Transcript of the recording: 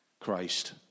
Christ